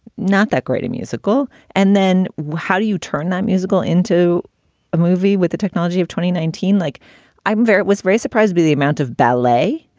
not that great a musical. and then how do you turn that musical into a movie with the technology of twenty nineteen like i'm very. was very surprised by the amount of ballet.